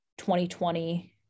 2020